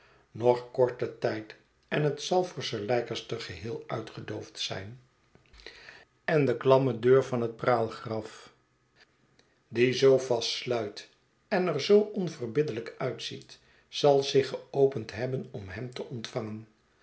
nog korten tijd en het zal voor sir leicester geheel uitgedoofd zijn en de klamme deur van het praalgraf die zoo vast sluit en er zoo onverbiddelijk uitziet zal zich geopend hebben om hem te ontvangen